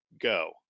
go